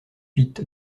huit